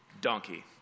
donkey